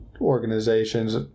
organizations